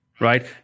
Right